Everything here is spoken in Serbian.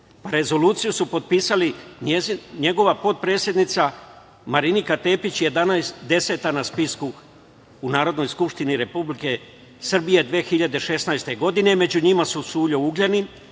Rezoluciju je potpisala njegova potpredsednica Marinika Tepić, deseta je na spisku u Narodnoj skupštini Republike Srbije 2016. godine, među njima su Sulja Ugljanin,